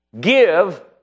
Give